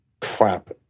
crap